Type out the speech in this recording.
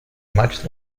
much